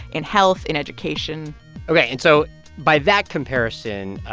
in health, in education ok. and so by that comparison,